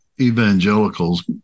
evangelicals